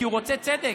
כי הוא רוצה צדק.